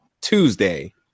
tuesday